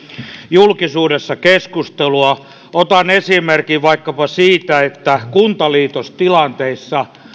julkisuudessa keskustelua otan esimerkin vaikkapa siitä että kuntaliitostilanteissa